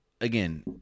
Again